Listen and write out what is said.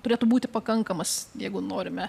turėtų būti pakankamas jeigu norime